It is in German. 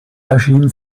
erschien